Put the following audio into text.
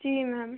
जी ma'am